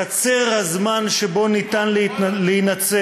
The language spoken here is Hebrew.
קצר הזמן שבו ניתן להינצל.